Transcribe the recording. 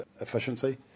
efficiency